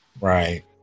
Right